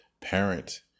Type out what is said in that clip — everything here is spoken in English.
parent